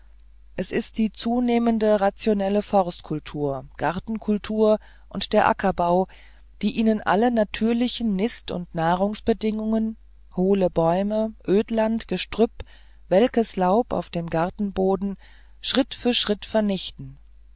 es ist die zunehmende rationelle forstkultur gartenkultur und der ackerbau die ihnen alle natürlichen nist und nahrungsbedingungen hohle bäume ödland gestrüpp welkes laub auf dem gartenboden schritt für schritt vernichten